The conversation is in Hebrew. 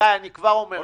גיא, אני כבר אומר לך: